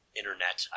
internet